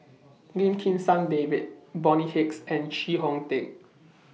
Lim Kim San David Bonny Hicks and Chee Kong Tet